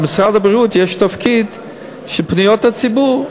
במשרד הבריאות יש תפקיד של נציב פניות הציבור,